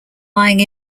lying